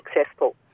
successful